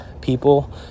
people